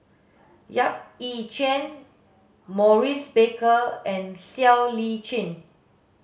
Yap Ee Chian Maurice Baker and Siow Lee Chin